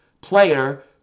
player